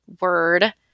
word